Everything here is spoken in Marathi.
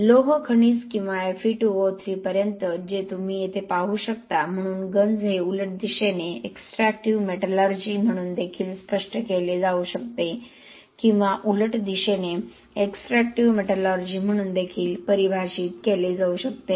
लोहखनिज किंवा Fe2O3 पर्यंत जे तुम्ही येथे पाहू शकता म्हणून गंज हे उलट दिशेने एक्सट्रॅक्टिव्ह मेटलर्जी म्हणून देखील स्पष्ट केले जाऊ शकते किंवा उलट दिशेने एक्सट्रॅक्टिव्ह मेटलर्जी म्हणून देखील परिभाषित केले जाऊ शकते